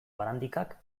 barandikak